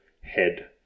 head